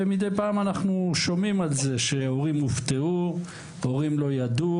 ומדי פעם אנחנו שומעים שההורים הופתעו ולא ידעו.